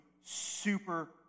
super